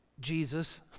Jesus